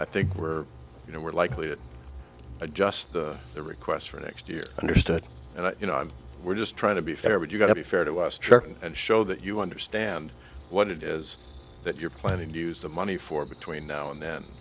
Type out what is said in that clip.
i think we're you know we're likely to adjust the requests for next year understood and i you know i'm we're just trying to be fair would you got to be fair to us chuck and show that you understand what it is that you're planning to use the money for between now and then